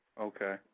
Okay